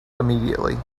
immediately